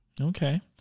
Okay